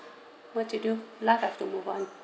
what to do life have to move on